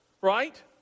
right